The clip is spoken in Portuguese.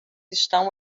estão